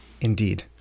indeed